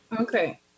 Okay